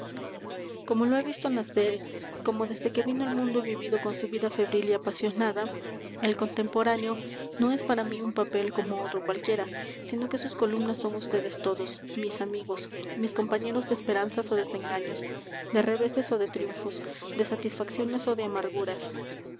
como lo he visto nacer como desde que vino al mundo he vivido con su vida febril y apasionada el contemporáneo no es para mí un papel como otro cualquiera sino que sus columnas son ustedes todos mis amigos mis compañeros de esperanzas ó desengaños de reveses ó de triunfos de satisfacciones ó de amarguras